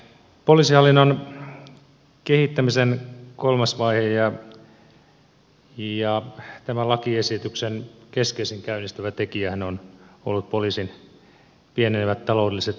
poliisihallinnon kehittämisen kolmas vaihe ja tämän lakiesityksen keskeisin käynnistävä tekijähän on ollut poliisin pienenevät taloudelliset resurssit